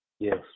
Yes